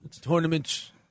Tournaments